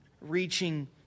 reaching